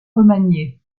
remanié